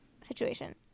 situation